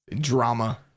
Drama